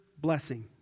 blessing